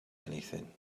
anything